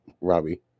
Robbie